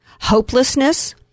hopelessness